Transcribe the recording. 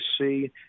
see